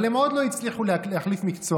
אבל הם עוד לא הצליחו להחליף מקצוע,